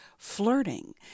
flirting